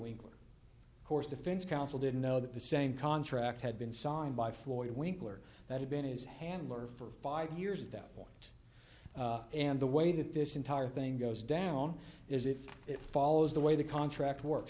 winkler of course defense counsel didn't know that the same contract had been signed by floyd winkler that had been his handler for five years at that point and the way that this entire thing goes down is if it follows the way the contract work